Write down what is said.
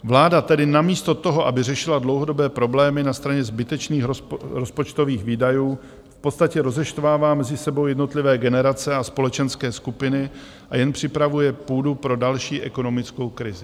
Vláda tedy namísto toho, aby řešila dlouhodobé problémy na straně zbytečných rozpočtových výdajů, v podstatě rozeštvává mezi sebou jednotlivé generace a společenské skupiny a jen připravuje půdu pro další ekonomickou krizi.